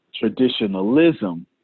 Traditionalism